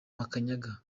burya